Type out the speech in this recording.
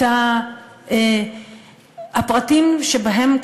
את הפרטים שבהם,